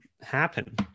happen